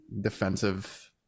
defensive